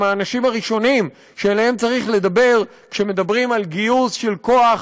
הם האנשים הראשונים שאליהם צריך לדבר כשמדברים על גיוס של כוח